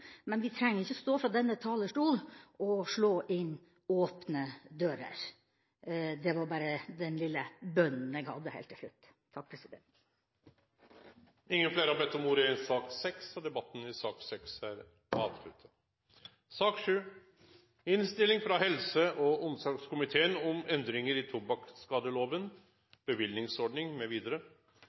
men vi trenger ikke å stå på denne talerstolen og slå inn åpne dører. Det var bare den lille bønnen jeg hadde helt til slutt. Fleire har ikkje bedt om ordet til sak nr. 6. Etter ønske frå helse- og omsorgskomiteen vil presidenten foreslå at taletida blir avgrensa til 40 minutt og blir fordelt med